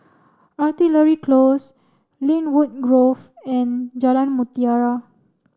Artillery Close Lynwood Grove and Jalan Mutiara